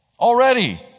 already